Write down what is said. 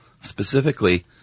specifically